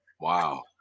wow